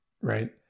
right